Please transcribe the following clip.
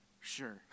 Sure